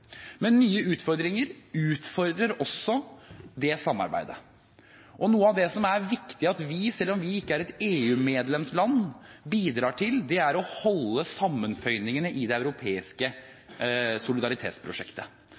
Men nye utfordringer utfordrer det samarbeidet. Og noe av det som det er viktig at vi bidrar til, selv om vi ikke er et EU-medlemsland, er å holde sammenføyningene i det europeiske solidaritetsprosjektet